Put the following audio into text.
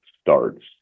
starts